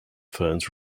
ferns